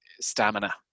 stamina